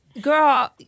girl